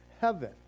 heaven